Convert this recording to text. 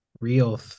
Real